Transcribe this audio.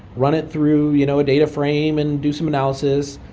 run it through you know a data frame and do some analysis,